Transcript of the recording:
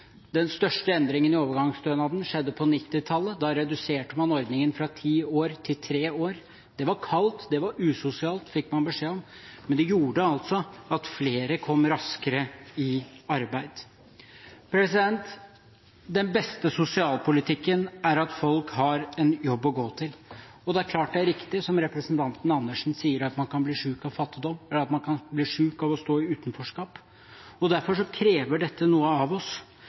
Den største endringen i overgangsstønaden skjedde på 1990-tallet. Da reduserte man ordningen fra ti til tre år. Det var kaldt, det var usosialt, fikk man beskjed om. Men det gjorde altså at flere kom raskere i arbeid. Den beste sosialpolitikken er at folk har en jobb å gå til. Det er klart det er riktig, som representanten Andersen sier, at man kan bli syk av fattigdom, eller at man kan bli syk av å stå i utenforskap. Derfor krever dette noe av oss.